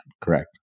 correct